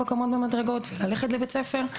ללכת לבית הספר,